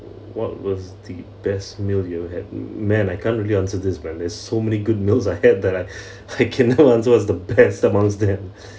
what was the best meal you had man I can't really answer this when there's so many good meals I had that I cannot answer what's the best amongst them